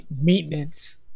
maintenance